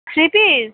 three piece